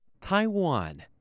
taiwan